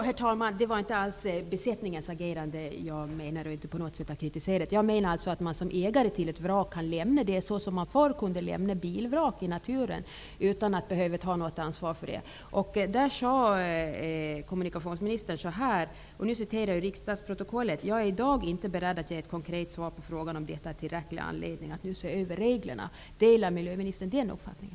Herr talman! Det var inte alls besättningens agerande som jag på något sätt menade att kritisera. Jag menade att man som ägare till ett vrak kan lämna det så som man förr kunde lämna ett bilvrak i naturen, utan att behöva ta något ansvar för det. I det sammanhanget sade kommunikationsministern så här, jag citerar ur riksdagsprotokollet: ''Jag är i dag inte beredd att ge ett konkret svar på frågan om detta är tillräcklig anledning att nu se över reglerna.'' Delar miljöministern den uppfattningen?